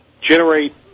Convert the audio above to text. generate